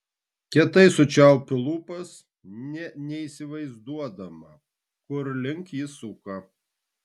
kietai sučiaupiu lūpas nė neįsivaizduodama kur link jis suka